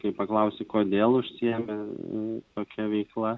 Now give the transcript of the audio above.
kai paklausi kodėl užsiimi tokia veikla